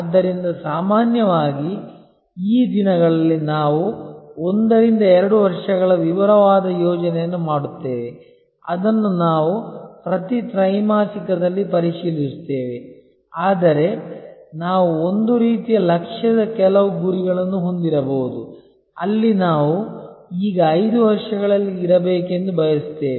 ಆದ್ದರಿಂದ ಸಾಮಾನ್ಯವಾಗಿ ಈ ದಿನಗಳಲ್ಲಿ ನಾವು 1 ರಿಂದ 2 ವರ್ಷಗಳ ವಿವರವಾದ ಯೋಜನೆಯನ್ನು ಮಾಡುತ್ತೇವೆ ಅದನ್ನು ನಾವು ಪ್ರತಿ ತ್ರೈಮಾಸಿಕದಲ್ಲಿ ಪರಿಶೀಲಿಸುತ್ತೇವೆ ಆದರೆ ನಾವು ಒಂದು ರೀತಿಯ ಲಕ್ಷ್ಯದ ಕೆಲವು ಗುರಿಗಳನ್ನು ಹೊಂದಿರಬಹುದು ಅಲ್ಲಿ ನಾವು ಈಗ 5 ವರ್ಷಗಳಲ್ಲಿ ಇರಬೇಕೆಂದು ಬಯಸುತ್ತೇವೆ